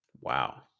wow